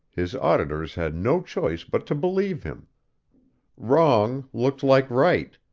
his auditors had no choice but to believe him wrong looked like right,